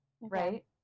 right